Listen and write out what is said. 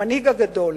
המנהיג הגדול.